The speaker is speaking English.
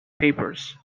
papers